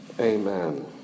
amen